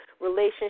relationship